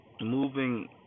moving